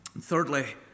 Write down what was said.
thirdly